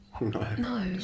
no